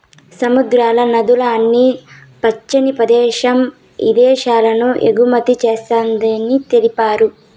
సముద్రాల, నదుల్ల ఉన్ని పాచిని భారద్దేశం ఇదేశాలకు ఎగుమతి చేస్తారని తెలిపారు